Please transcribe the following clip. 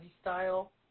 style